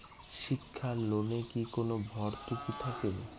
শিক্ষার লোনে কি কোনো ভরতুকি থাকে?